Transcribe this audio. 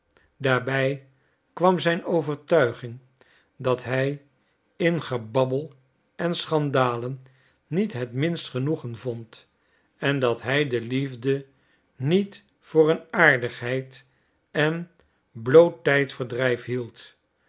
daarbij kwam zijn overtuiging dat hij in gebabbel en schandalen niet het minst genoegen vond en dat hij de liefde niet voor een aardigheid en bloot tijdverdrijf hield